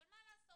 ומה לעשות?